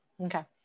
Okay